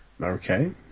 okay